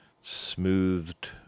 smoothed